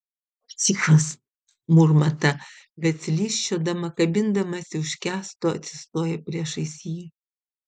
psichas murma ta bet slysčiodama kabindamasi už kęsto atsistoja priešais jį